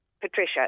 Patricia